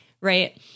right